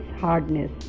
hardness